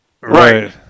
Right